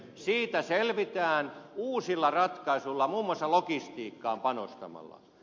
siitä selvitään uusilla ratkaisuilla muun muassa logistiikkaan panostamalla